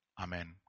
Amen